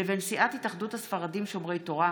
לבין סיעת התאחדות הספרדים שומרי תורה,